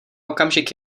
okamžik